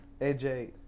AJ